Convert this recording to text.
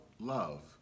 love